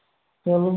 चलो